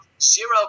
zero